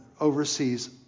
oversees